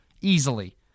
Easily